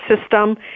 system